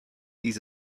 these